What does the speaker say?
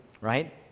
right